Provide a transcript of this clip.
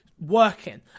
working